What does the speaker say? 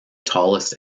tallest